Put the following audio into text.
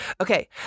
Okay